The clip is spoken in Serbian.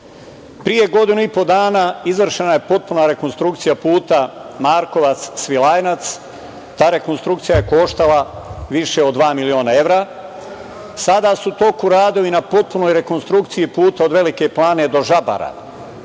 evra. Pre godinu i po dana izvršena je potpuna rekonstrukcija puta Markovac-Svilajnac. Ta rekonstrukcija je koštala više od dva miliona evra. Sada su u toku radovi na potpunoj rekonstrukciji puta od Velike Plane do Žabara,